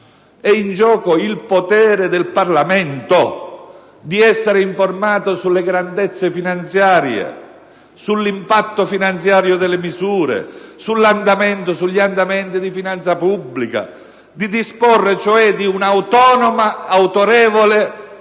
È in gioco il potere del Parlamento di essere informato sulle grandezze finanziarie, sull'impatto finanziario derivante dalle misure adottate, sugli andamenti di finanza pubblica, di disporre cioè di un'autonoma, autorevole